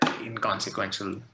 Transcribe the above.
inconsequential